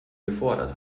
gefordert